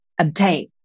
obtain